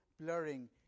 blurring